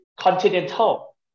continental